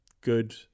good